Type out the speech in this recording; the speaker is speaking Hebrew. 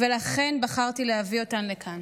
ולכן בחרתי להביא אותן לכאן: